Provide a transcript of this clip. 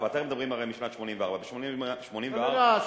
אתם הרי מדברים משנת 1984. לא.